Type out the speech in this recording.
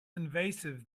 invasive